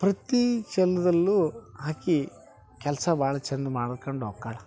ಪ್ರತಿ ಆಕೆ ಕೆಲಸ ಭಾಳ ಚಂದ ಮಾಡ್ಕಂಡು ಹೋಕಾಳ